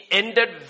ended